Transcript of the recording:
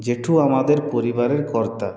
জেঠু আমাদের পরিবারের কর্তা